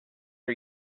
are